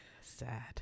Sad